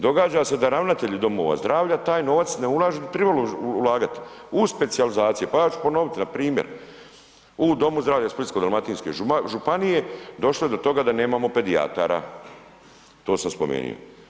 Događa se da ravnatelj domova zdravlja taj novac ne ulaže u trebalo ulagati, u specijalizacije, pa ja ću ponoviti, npr. u domu zdravlja Splitsko-dalmatinske županije, došlo je do toga da nemamo pedijatara, to sam spomenuo.